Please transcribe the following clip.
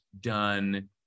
done